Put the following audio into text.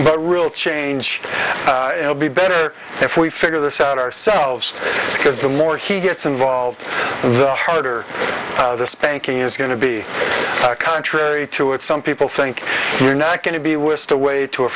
but real change be better if we figure this out ourselves because the more he gets involved the harder the spanking is going to be contrary to what some people think you're not going to be whisked away to a